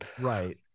right